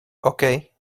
okay